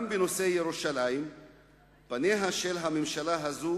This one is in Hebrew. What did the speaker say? גם בנושא ירושלים פניה של הממשלה הזאת